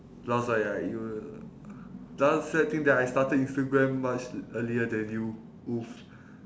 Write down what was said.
plus ah right you just sad thing that I started instagram much earlier than you !oof!